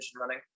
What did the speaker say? running